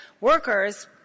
workers